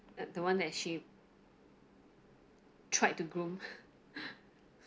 uh the one that she tried to groom